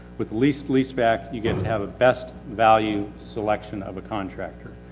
with lease, leaseback, you get to have a best value selection of a contractor.